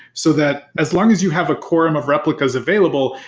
so that as long as you have a quorum of replicas available,